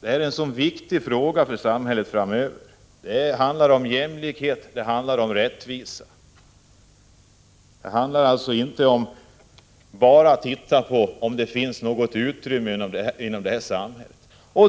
Det här är en mycket viktig fråga för samhället framöver. Det handlar om jämlikhet och rättvisa. Det handlar alltså inte bara om att undersöka om det finns något utrymme i vårt samhälle för sådana här åtgärder.